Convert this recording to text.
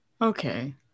Okay